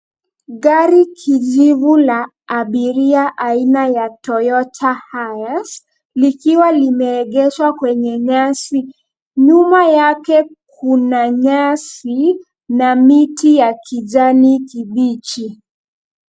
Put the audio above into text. Gari kijivu la abiria aina ya Toyota hayas, likiwa limeegeshwa kwenye nyasi .nyuma yake kuna nyasi na miti ya kijani kibichi.